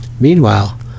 Meanwhile